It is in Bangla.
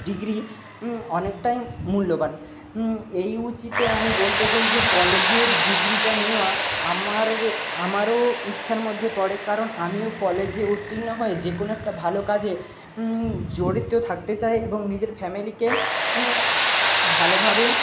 ডিগ্রি অনেকটাই মূল্যবান এই উচিতে আমি বলতে চাই যে কলেজের ডিগ্রিটা নেওয়া আমার আমারও ইচ্ছার মধ্যে পড়ে কারণ আমিও কলেজে উত্তীর্ণ হয়ে যে কোনো একটা ভালো কাজে জড়িত থাকতে চাই এবং নিজের ফ্যামিলিকে ভালোভাবে